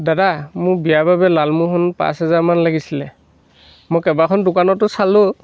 দাদা মোক বিয়াৰ বাবে লালমোহন পাঁচ হাজাৰ মান লাগিছিলে মই কেইবাখন দোকানতো চালোঁ